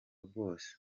bwose